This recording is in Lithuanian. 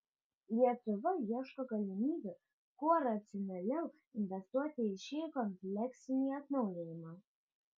lietuva ieško galimybių kuo racionaliau investuoti į šį kompleksinį atnaujinimą